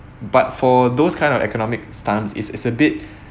but for those kind of economic stance is it's a bit